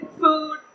food